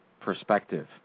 perspective